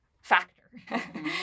factor